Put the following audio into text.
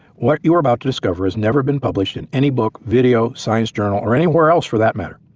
what you're about to discover has never been published in any book, video, science journal or anywhere else for that matter.